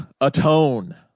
atone